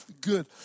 good